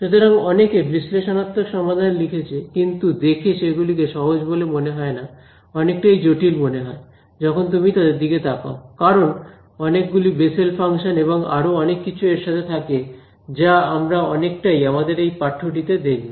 সুতরাং অনেকে বিশ্লেষণাত্মক সমাধান লিখেছে কিন্তু দেখে সেগুলিকে সহজ বলে মনে হয় না অনেকটাই জটিল মনে হয় যখন তুমি তাদের দিকে তাকাও কারণ অনেক গুলি বেসেল ফাংশন এবং আরও অনেক কিছু এর সাথে থাকে যা আমরা অনেকটাই আমাদের এই পাঠ্য টিতে দেখব